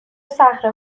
صخره